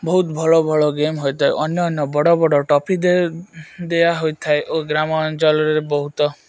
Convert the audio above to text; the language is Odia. ବହୁତ ଭଲ ଭଲ ଗେମ୍ ହୋଇଥାଏ ଅନ୍ୟାନ୍ୟ ବଡ଼ ବଡ଼ ଟଫି ଦେ ଦିଆ ହୋଇଥାଏ ଓ ଗ୍ରାମାଞ୍ଚଳରେ ବହୁତ